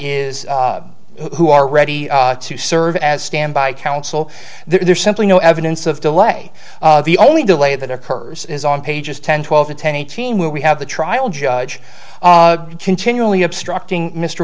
is who are ready to serve as standby counsel there's simply no evidence of delay the only delay that occurs is on pages ten twelve and ten eighteen where we have the trial judge continually obstructing mr